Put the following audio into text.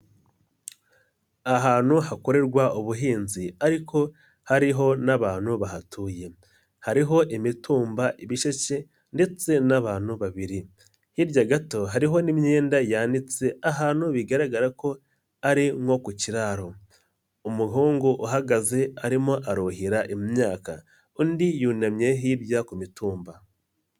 Ahantu hakorerwa ubuhinzi ariko hariho n'abantu bahatuye, hariho imitumba, ibiseke ndetse n'abantu babiri hirya gato hariho n'imyenda yanitse, ahantu bigaragara ko ari nko ku kiraro, umuhungu uhagaze arimo aruhira imyaka undi yunamye hirya ku mitumba.